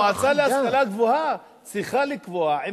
המועצה להשכלה גבוהה צריכה לקבוע עם